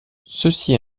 ceci